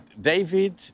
David